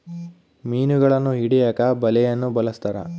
ಮೀನುಗಳನ್ನು ಹಿಡಿಯಕ ಬಲೆಯನ್ನು ಬಲಸ್ಥರ